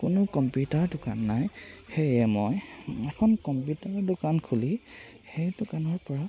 কোনো কম্পিউটাৰ দোকান নাই সেয়ে মই এখন কম্পিউটাৰ দোকান খুলি সেই দোকানৰ পৰা